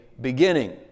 beginning